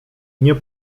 nie